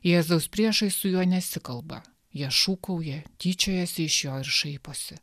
jėzaus priešai su juo nesikalba jie šūkauja tyčiojasi iš jo ir šaiposi